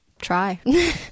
try